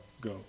go